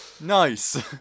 nice